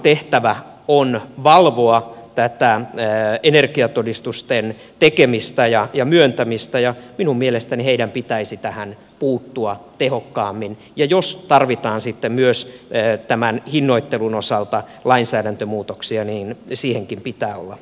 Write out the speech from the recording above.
aran tehtävä on valvoa tätä energiatodistusten tekemistä ja myöntämistä ja minun mielestäni heidän pitäisi tähän puuttua tehokkaammin ja jos tarvitaan sitten myös tämän hinnoittelun osalta lainsäädäntömuutoksia niin siihenkin pitää olla valmiutta